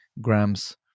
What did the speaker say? grams